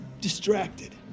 distracted